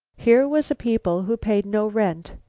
here was a people who paid no rent,